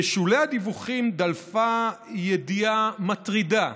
בשולי הדיווחים דלפה ידיעה מטרידה,